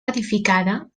edificada